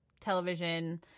television